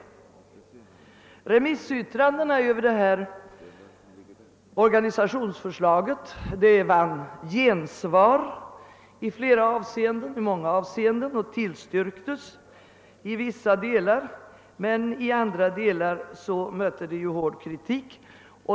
I remissyttrandena vann organisationsförslaget gensvar i många avseenden och tillstyrktes i vissa delar, men i andra delar rönte det hård kritik.